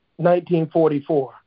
1944